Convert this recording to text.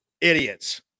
Idiots